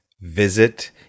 visit